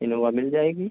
Innova मिल जाएगी